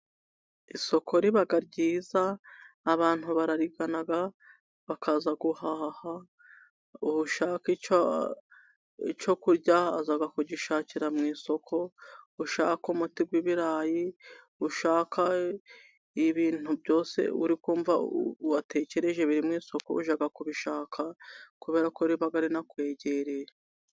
Isoko riba ryiza abantu bararigana bakaza guhaha. Ushaka icyo kurya aza kugishakira mu isoko ushaka umuti w'ibirayi, ushaka ibintu byose uri kumva watekereje biri mu isoko ujya kubishaka kubera ko riba rinakwegereye.